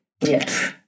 Yes